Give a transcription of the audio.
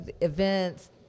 events